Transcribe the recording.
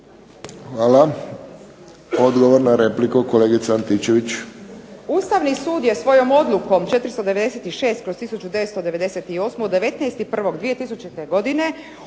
Hvala. Odgovor na repliku kolegica Antičević.